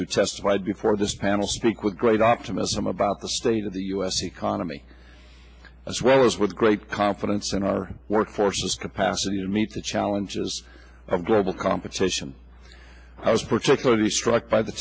who testified before this panel speak with great optimism about the state of the u s economy as well as with great confidence in our workforce is capacity to meet the challenges of global competition i was particularly struck by the